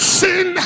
sin